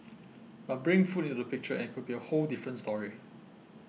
but bring food into the picture and it could be a whole different story